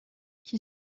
qui